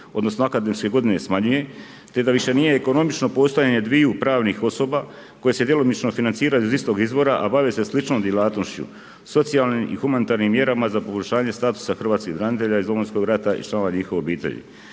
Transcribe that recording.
odnosno akademske godine smanjuje, te da više nije ekonomično postojanje dvije pravnih osoba koje se djelomično financiraju iz istog izvora, a bave se sličnom djelatnošću, socijalnim i humanitarnim mjerama za poboljšanje statusa hrvatskih branitelja iz Domovinskog rata i članova njihove obitelji.